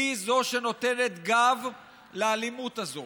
היא שנותנת גב לאלימות הזאת.